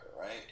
right